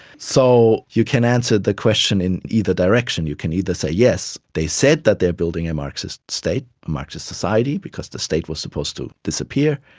so you can answer the question in either direction. you can either say yes, they said that they are building a marxist state, a marxist society because the state was supposed to disappear,